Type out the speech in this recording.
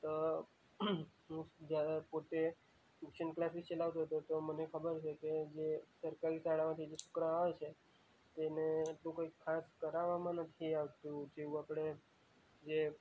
તો હું જાતે પોતે ટયૂસન ક્લાસ બી ચલાવતો હતો તો મને ખબર છે કે જે સરકારી શાળાઓથી જે છોકરાંઓ આવે છે તેને એટલું કાંઈ ખાસ કરાવવામાં નથી આવતું જેવું આપણે જે